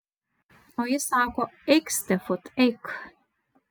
o jis sako eik stefut eik